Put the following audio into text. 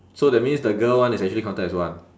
so that means the girl one is actually counted as one